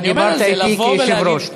אתה דיברת אתי כיושב-ראש.